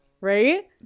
right